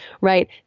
right